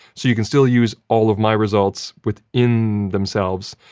so you can still use all of my results within themselves,